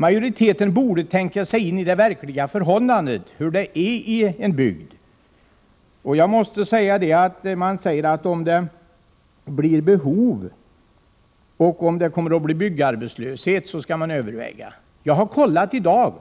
Majoriteten borde tänka sig in i det verkliga förhållandet och beakta hur det är i en bygd. Man säger att om det uppstår behov och om det blir byggarbetslöshet, skall man överväga dessa frågor. Jag har i dag kollat hur det förhåller sig